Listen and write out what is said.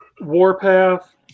Warpath